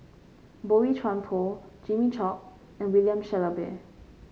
Boey Chuan Poh Jimmy Chok and William Shellabear